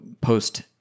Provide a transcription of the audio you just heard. post